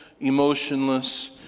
emotionless